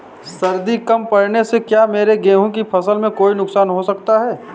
सर्दी कम पड़ने से क्या मेरे गेहूँ की फसल में कोई नुकसान हो सकता है?